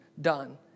done